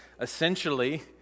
essentially